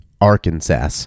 arkansas